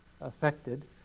affected